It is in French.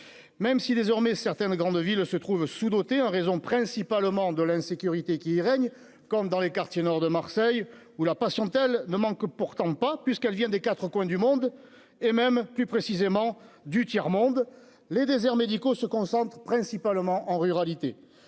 même si, désormais, certaines grandes villes se trouvent sous dotées en raison principalement de l'insécurité qui y règne, comme dans les quartiers nord de Marseille, où la patiente, elle ne manque pourtant pas puisqu'elle vient des 4 coins du monde et même plus précisément du tiers-monde les déserts médicaux se concentre principalement en ruralité